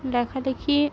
লেখালেখি